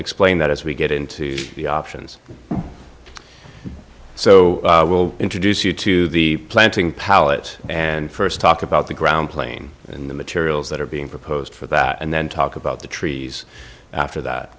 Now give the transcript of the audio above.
explain that as we get into the options so we'll introduce you to the planting pallet and st talk about the ground plane and the materials that are being proposed for that and then talk about the trees after that